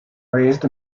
raised